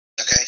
Okay